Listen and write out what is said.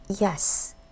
yes